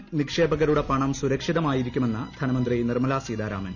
yes Bank നിക്ഷേപകരുടെ പണം സുരക്ഷിതമായിരിക്കുമെന്ന് ധനമന്ത്രി നിർമ്മല സീതാരാമൻ